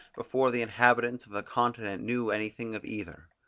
before the inhabitants of the continent knew anything of either.